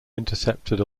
intercepted